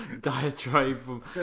diatribe